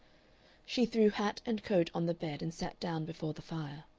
she threw hat and coat on the bed and sat down before the fire.